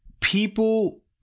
people